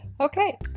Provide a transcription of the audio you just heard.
Okay